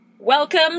welcome